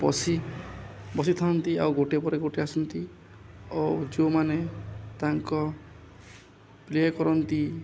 ବସି ବସିଥାନ୍ତି ଆଉ ଗୋଟେ ପରେ ଗୋଟେ ଆସନ୍ତି ଓ ଯେଉଁମାନେ ତାଙ୍କ ପ୍ଲେ କରନ୍ତି